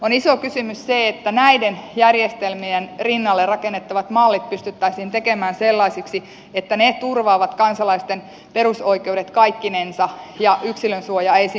on iso kysymys se että näiden järjestelmien rinnalle rakennettavat mallit pystyttäisiin tekemään sellaisiksi että ne turvaavat kansalaisten perusoikeudet kaikkinensa ja yksilönsuoja ei siinä rikkoudu